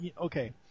okay